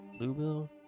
Bluebill